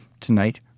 Tonight